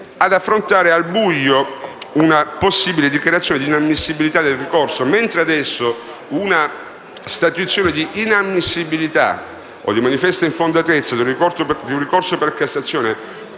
ad affrontare al buio una possibile dichiarazione di inammissibilità del ricorso. Mentre adesso una statuizione di inammissibilità o di manifesta infondatezza di un ricorso per Cassazione